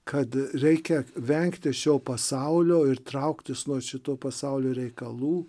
kad reikia vengti šio pasaulio ir trauktis nuo šito pasaulio reikalų